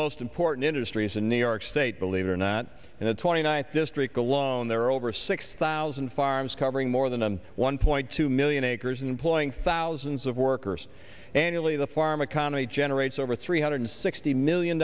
most important industries in new york state believe it or not and the twenty ninth district alone there are over six thousand farms covering more than one point two million acres employing thousands of workers annually the farm economy generates over three hundred sixty million